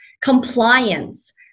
compliance